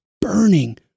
burning